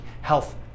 health